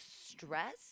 stress